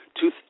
two